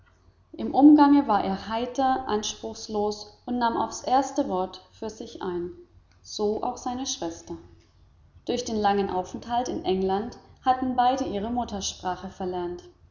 im umgange war er heiter anspruchslos und nahm auf's erste wort für sich ein so auch seine schwester durch den langen aufenthalt in england hatten beide ihre muttersprache verlernt